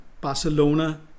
Barcelona